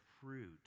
fruit